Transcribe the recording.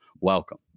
Welcome